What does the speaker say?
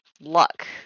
luck